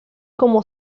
como